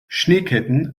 schneeketten